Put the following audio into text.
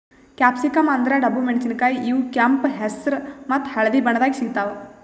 capsicum ಅಂದ್ರ ಡಬ್ಬು ಮೆಣಸಿನಕಾಯಿ ಇವ್ ಕೆಂಪ್ ಹೆಸ್ರ್ ಮತ್ತ್ ಹಳ್ದಿ ಬಣ್ಣದಾಗ್ ಸಿಗ್ತಾವ್